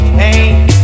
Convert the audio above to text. hey